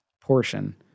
portion